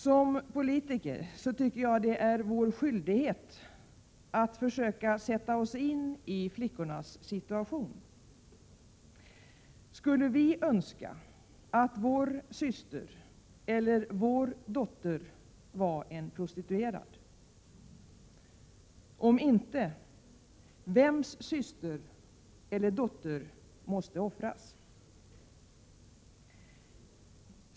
Som politiker tycker jag det är vår skyldighet att försöka sätta oss in i flickornas situation. Skulle vi önska att vår syster eller vår dotter var en prostituerad? Om inte, vems syster eller dotter måste offras?